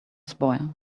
spoil